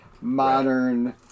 modern